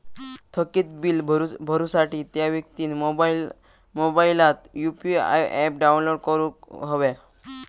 थकीत बील भरुसाठी त्या व्यक्तिन मोबाईलात यु.पी.आय ऍप डाउनलोड करूक हव्या